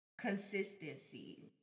consistency